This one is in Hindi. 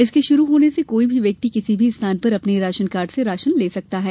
इसके शुरू होने से कोई भी व्यक्ति किसी स्थान पर अपने कार्ड से राशन ले संकता है